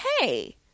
Hey